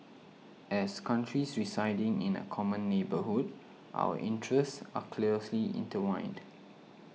as countries residing in a common neighbourhood our interests are closely intertwined